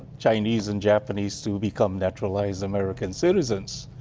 chinese and japanese to become naturalized american citizens.